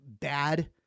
bad